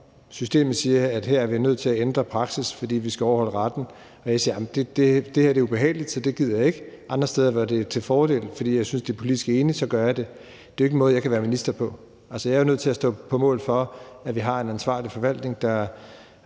systemet siger, at her er vi nødt til at ændre praksis, fordi vi skal overholde retten, og jeg siger, at det er ubehageligt, så det gider jeg ikke, mens jeg andre steder, når det er en fordel, og fordi jeg er politisk enig, gør det? Det er jo ikke en måde, jeg kan være minister på. Jeg er nødt til at stå på mål for, at vi har en ansvarlig forvaltning, der